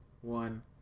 one